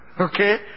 Okay